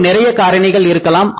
அங்கு நிறைய காரணிகள் இருக்கலாம்